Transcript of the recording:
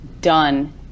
done